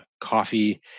coffee